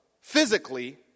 physically